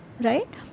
right